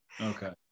Okay